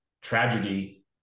tragedy